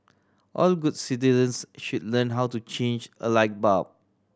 all good citizens should learn how to change a light bulb